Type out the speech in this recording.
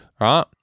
right